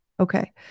Okay